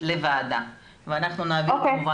לוועדה ואנחנו נעביר כמובן לחברי הוועדה.